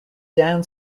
down